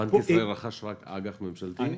בנק ישראל רכש רק אג"ח ממשלתי?